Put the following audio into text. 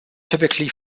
typically